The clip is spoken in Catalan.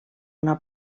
una